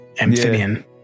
amphibian